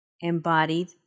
embodied